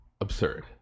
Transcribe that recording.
absurd